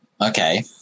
okay